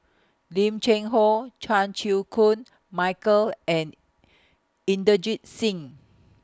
Lim Cheng Hoe Chan Chew Koon Michael and Inderjit Singh